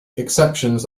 exceptions